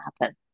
happen